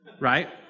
right